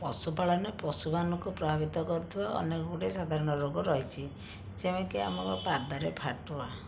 ପଶୁପାଳନ ରେ ପଶୁମାନଙ୍କୁ ପ୍ରଭାବିତ କରୁଥିବା ଅନେକ ଗୁଡ଼ିଏ ସାଧାରଣ ରୋଗ ରହିଛି ଯେମିତିକି ଆମର ପାଦରେ ଫାଟୁଆ